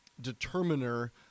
determiner